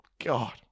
God